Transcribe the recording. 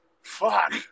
Fuck